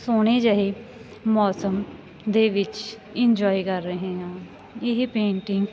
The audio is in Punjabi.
ਸੋਹਣੇ ਜਿਹੇ ਮੌਸਮ ਦੇ ਵਿੱਚ ਇੰਜੋਏ ਕਰ ਰਹੇ ਹਾਂ ਇਹ ਪੇਂਟਿੰਗ